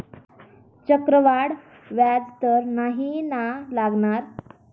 चक्रवाढ व्याज तर नाही ना लागणार?